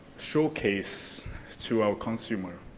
showcase to our consumer.